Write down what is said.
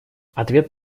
ответ